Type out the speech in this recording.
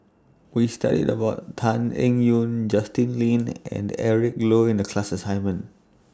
We studied about Tan Eng Yoon Justin Lean and Eric Low in The class assignment